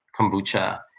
kombucha